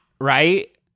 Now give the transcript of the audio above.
right